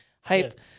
hype